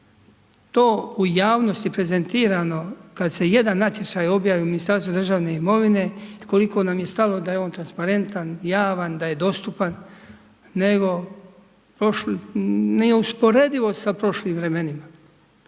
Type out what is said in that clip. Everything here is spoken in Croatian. to u javnosti prezentirano, kada se jedan natječaj objavi u Ministarstvu državne imovine, koliko nam je stalo da je on transparenta, javan, da je dostupan, nego prošli, neusporedivo sa prošlim vremenima.